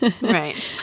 Right